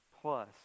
Plus